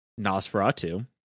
Nosferatu